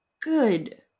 good